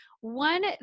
One